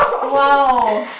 !wow!